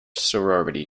sorority